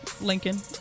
Lincoln